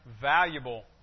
valuable